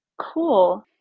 Cool